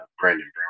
Brandon